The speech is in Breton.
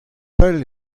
pell